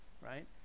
Right